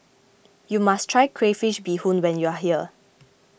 you must try Crayfish BeeHoon when you are here